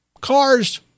cars